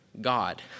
God